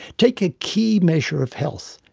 take a key measure of health,